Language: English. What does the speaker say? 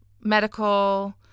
medical